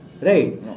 Right